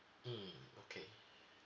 mmhmm okay